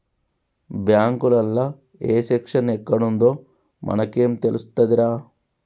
బాంకులల్ల ఏ సెక్షను ఎక్కడుందో మనకేం తెలుస్తదిరా